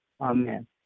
Amen